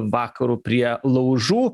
vakaru prie laužų